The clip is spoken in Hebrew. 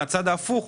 מהצד ההפוך,